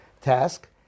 task